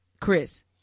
Chris